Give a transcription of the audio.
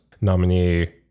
nominee